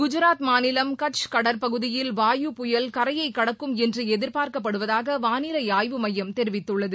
குஐராத் மாநிலம் கட்ச் கடற்பகுதியில் வாயு புயல் கரையை கடக்கும் என்று எதிர்பார்க்கப்படுவதாக வானிலை ஆய்வு மையம் தெரிவித்துள்ளது